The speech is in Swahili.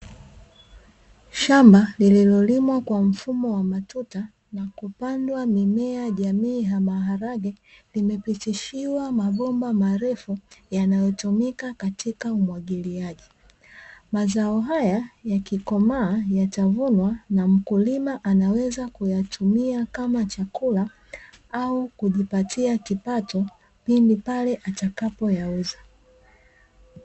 Shamba nililolimwa kwa mfumo wa matuta na kupandwa mimea jamii ya maharage, limepitishiwa mabomba marefu yanayotumika katika umwagiliaji, mazao haya ya kikomaa yatavunwa na mkulima anaweza kuyatumia kama chakula au kujipatia kipato pindi pale atakapo yauza.